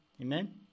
Amen